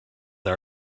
our